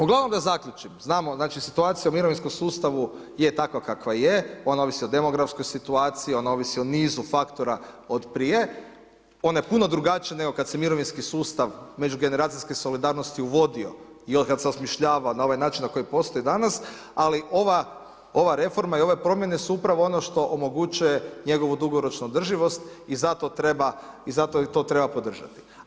Uglavnom da zaključim, znamo situacija u mirovinskom sustavu je takva kakva je, ona ovisi o demografskoj situaciji, ona ovisi o nizu faktora od prije, ona je puno drugačija nego kad se mirovinski sustav međugeneracijske solidarnosti uvodio i od kad se osmišljava na ovaj način na koji postoji danas, ali ova reforma i ove promjene su upravo ono što omogućuje njegovu dugoročnu održivost i zato treba to podržati.